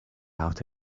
out